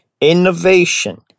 Innovation